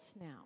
now